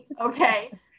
okay